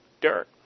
Dirt